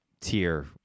tier